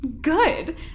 good